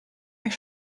euch